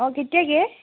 অঁ কেতিয়াকৈ